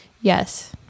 Yes